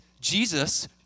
Jesus